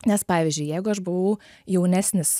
nes pavyzdžiui jeigu aš buvau jaunesnis